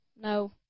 No